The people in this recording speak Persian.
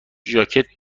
ژاکت